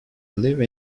live